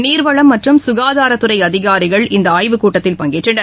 நீர்வளம் மற்றும் சுகாதாரத் துறை அதிகாரிகள் இந்த ஆய்வுக் கூட்டத்தில் பங்கேற்றனர்